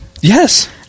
Yes